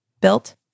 built